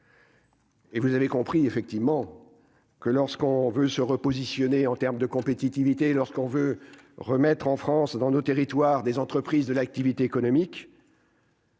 Et vous avez compris effectivement que lorsqu'on veut se repositionner en terme de compétitivité lorsqu'on veut remettre en France dans nos territoires, des entreprises de l'activité économique.